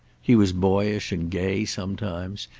he was boyish and gay sometimes,